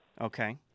Okay